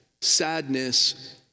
sadness